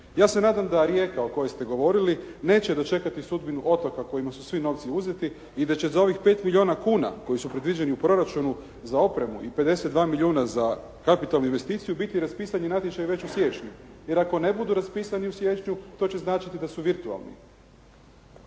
Ja se nadam da Rijeka o kojoj ste govorili neće dočekati sudbinu otoka kojima su svi novci uzeti i da će za ovih 5 milijuna kuna koji su predviđeni u proračunu za opremu i 52 milijuna za kapitalnu investiciju biti raspisani natječaji već u siječnju. Jer ako ne budu raspisani u siječnju, to će značiti da su virtualni.